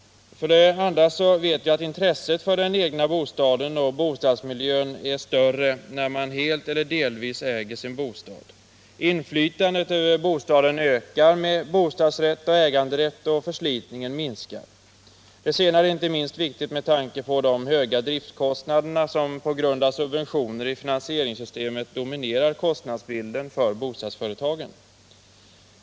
Vidare vet vi att intresset för den egna bostaden och bostadsmiljön är större när man helt eller delvis äger sin bostad. Inflytandet över bostaden ökar med bostadsrätt och äganderätt, och förslitningen minskar. Det senare är inte minst viktigt med tanke på de höga driftkostnaderna som på grund av subventioner i finansieringssystemet dominerar kostnadsbilden för bostadsföretagen.